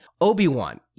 Obi-Wan